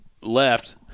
left